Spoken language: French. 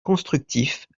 constructif